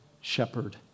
shepherd